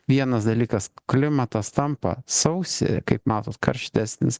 vienas dalykas klimatas tampa sausi kaip matot karštesnis